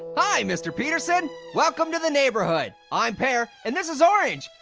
hi, mr. peterson. welcome to the neighborhood. i'm pear, and this is orange.